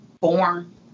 born